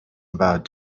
about